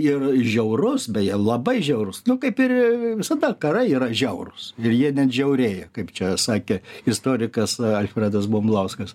ir žiaurus beje labai žiaurus nu kaip ir visada karai yra žiaurūs jie net žiaurėja kaip čia sakė istorikas alfredas bumblauskas